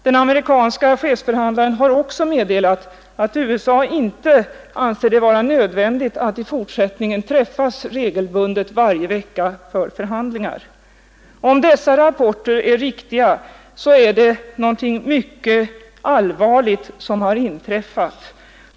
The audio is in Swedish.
Den amerikanske chefförhandlaren har också meddelat att USA inte anser det vara nödvändigt att i fortsättningen träffas regelbundet varje vecka för förhandlingar. Om dessa rapporter är riktiga, är det något mycket allvarligt som har inträffat.